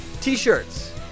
t-shirts